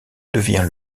devient